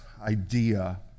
idea